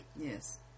Yes